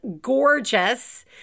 gorgeous